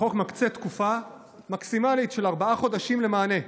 החוק מקצה תקופה מקסימלית של ארבעה חודשים למענה.